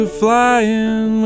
flying